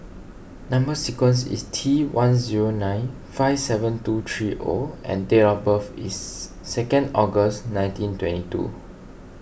Number Sequence is T one zero nine five seven two three O and date of birth is second August nineteen twenty two